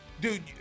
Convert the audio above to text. dude